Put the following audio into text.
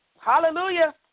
hallelujah